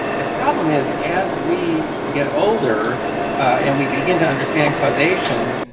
the problem is as we get older and we begin to understand causation,